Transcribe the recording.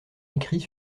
écrits